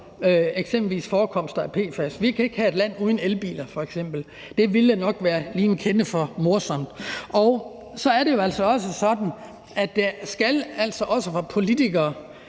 eksempelvis forekomster af PFAS. Vi kan ikke have et land uden elbiler, f.eks.; det ville nok være lige en kende for morsomt. Så er det jo altså sådan, at politikere